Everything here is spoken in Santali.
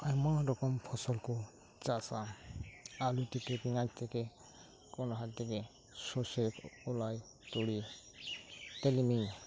ᱟᱭᱢᱟ ᱨᱚᱠᱚᱢ ᱯᱷᱚᱥᱚᱞ ᱠᱚ ᱪᱟᱥᱟ ᱟᱞᱩ ᱛᱷᱮᱠᱮ ᱯᱮᱸᱭᱟᱡᱽ ᱛᱷᱮᱠᱮ ᱠᱚᱦᱚᱰᱟ ᱛᱷᱮᱠᱮ ᱥᱚᱨᱥᱮ ᱠᱚᱞᱟᱭ ᱛᱩᱲᱤ ᱛᱤᱞᱢᱤᱧ